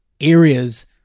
areas